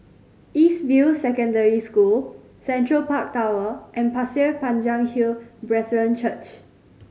East View Secondary School Central Park Tower and Pasir Panjang Hill Brethren Church